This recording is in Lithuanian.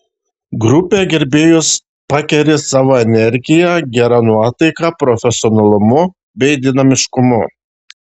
grupė gerbėjus pakeri savo energija gera nuotaika profesionalumu bei dinamiškumu